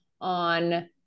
on